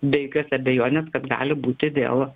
be jokios abejonės kad gali būti vėl